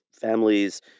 families